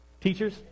Teachers